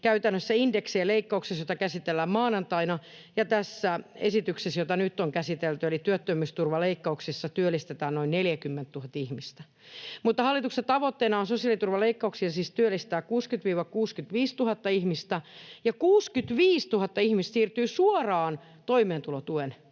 käytännössä indeksien leikkauksessa, jota käsitellään maanantaina, ja tässä esityksessä, jota nyt on käsitelty, eli työttömyysturvaleikkauksissa, työllistetään noin 40 000 ihmistä, mutta hallituksen tavoitteena on sosiaaliturvaleikkauksilla siis työllistää 60 000—65 000 ihmistä — ja 65 000 ihmistä siirtyy suoraan toimeentulotuen piiriin